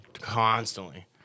constantly